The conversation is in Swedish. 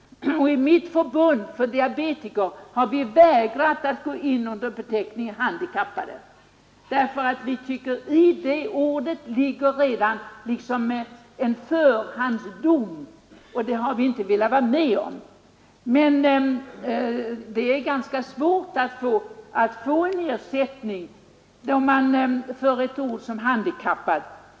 I mitt förbund, för diabetiker, har vi vägrat gå in under begreppet handikappad. Vi tycker att i det ordet ligger liksom en förhandsdom, som vi inte velat vara med om. Men det är ganska svårt att få en ersättning för ett ord som handikappad.